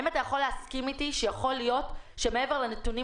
האם אתה יכול להסכים אתי שמעבר לנתונים